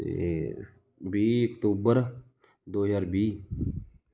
ਅਤੇ ਵੀਹ ਅਕਤੂਬਰ ਦੋ ਹਜ਼ਾਰ ਵੀਹ